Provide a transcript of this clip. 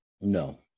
No